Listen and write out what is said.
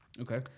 Okay